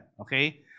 okay